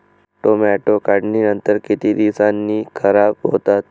Tomato काढणीनंतर किती दिवसांनी खराब होतात?